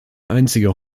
einzige